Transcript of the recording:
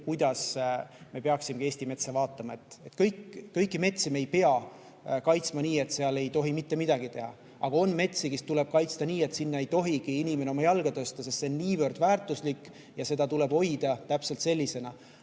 kuidas me peaksime Eesti metsa vaatama. Kõiki metsi me ei pea kaitsma nii, et seal ei tohi mitte midagi teha, aga on metsi, mida tuleb kaitsta nii, et sinna ei tohigi inimene oma jalga tõsta, sest see on niivõrd väärtuslik ja seda tuleb hoida täpselt sellisena.